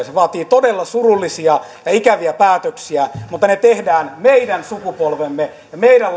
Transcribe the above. se vaatii todella surullisia ja ikäviä päätöksiä mutta ne tehdään meidän sukupolvemme ja meidän